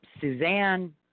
Suzanne